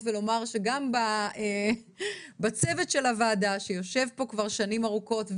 ולומר שגם בצוות של הוועדה שיושב פה כבר שנים ארוכות,